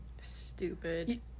Stupid